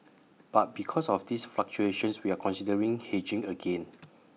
but because of these fluctuations we are considering hedging again